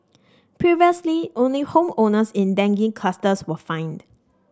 previously only home owners in dengue clusters were fined